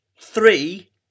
Three